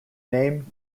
name